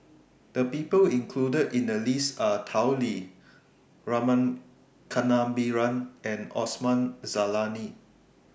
The People included in The list Are Tao Li Rama Kannabiran and Osman Zailani